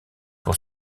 pour